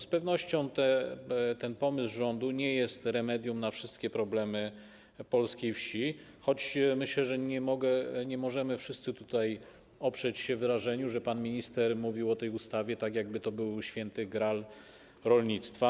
Z pewnością ten pomysł rządu nie jest remedium na wszystkie problemy polskiej wsi, choć myślę, że nie możemy tutaj wszyscy oprzeć się wrażeniu, że pan minister mówił o tej ustawie tak, jakby to był Święty Graal rolnictwa.